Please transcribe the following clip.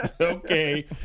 Okay